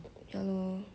ya lor